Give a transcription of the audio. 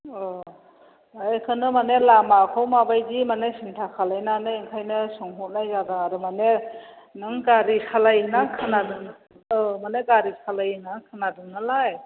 औ बेखौनो माने लामाखौ माबायदि माने सिन्था खालायनानै ओंखायनो सोंहरनाय जादों आरो माने नों गारि सालायो होनना खोनादों औ माने गारि सालायो होनना खोनदों नालाय